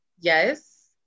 Yes